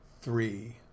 three